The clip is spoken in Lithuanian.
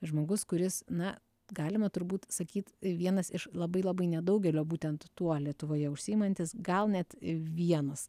žmogus kuris na galima turbūt sakyt i vienas iš labai labai nedaugelio būtent tuo lietuvoje užsiimantis gal net vienas